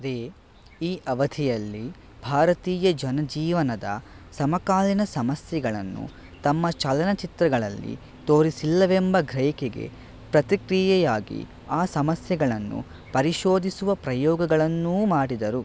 ರೀ ಈ ಅವಧಿಯಲ್ಲಿ ಭಾರತೀಯ ಜನಜೀವನದ ಸಮಕಾಲೀನ ಸಮಸ್ಯೆಗಳನ್ನು ತಮ್ಮ ಚಲನಚಿತ್ರಗಳಲ್ಲಿ ತೋರಿಸಿಲ್ಲವೆಂಬ ಗ್ರಹಿಕೆಗೆ ಪ್ರತಿಕ್ರಿಯೆಯಾಗಿ ಆ ಸಮಸ್ಯೆಗಳನ್ನು ಪರಿಶೋಧಿಸುವ ಪ್ರಯೋಗಗಳನ್ನೂ ಮಾಡಿದರು